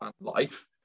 life